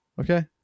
okay